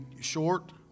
short